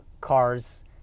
Cars